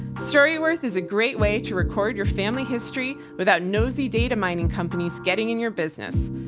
storyworth is a great way to record your family history without nosy data mining companies getting in your business.